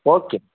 okay